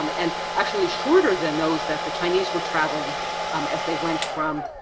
um and actually shorter than those that the chinese were traveling um as they went from.